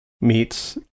meets